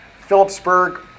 Phillipsburg